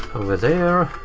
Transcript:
over there.